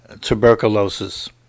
tuberculosis